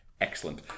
Excellent